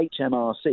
HMRC